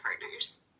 partners